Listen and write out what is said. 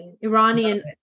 Iranian